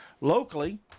Locally